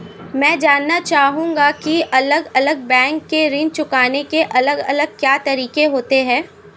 मैं जानना चाहूंगा की अलग अलग बैंक के ऋण चुकाने के अलग अलग क्या तरीके होते हैं?